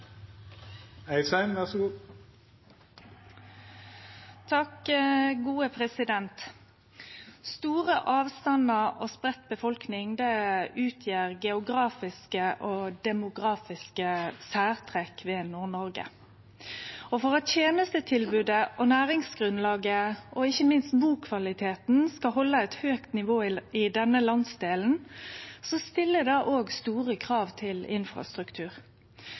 demografiske særtrekk ved Nord-Noreg. For at tenestetilbodet og næringsgrunnlaget og ikkje minst bukvaliteten skal halde eit høgt nivå i denne landsdelen, stiller det òg store krav til infrastruktur.